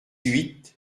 huit